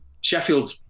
Sheffield